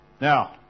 Now